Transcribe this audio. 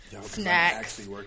snacks